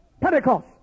Pentecost